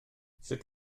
sut